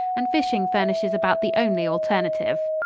and fishing furnishes about the only alternative.